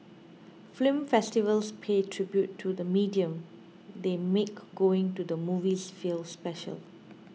film festivals pay tribute to the medium they make going to the movies feel special